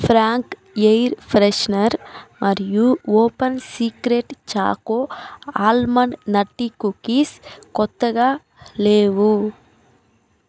Frank air freshener మరియు open secret choco almond nutty cookies క్రొత్తగా లేవు